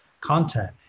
content